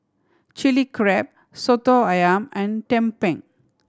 Chilli Crab Soto Ayam and tumpeng